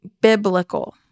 biblical